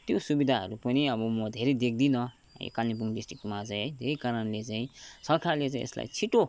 त्यो सुविधाहरू पनि अब म धेरै देख्दिनँ यो कालिम्पोङ डिस्ट्रिक्टमा चाहिँ है धेरै कारणले चाहिँ है सरकारले चाहिँ यसलाई छिटो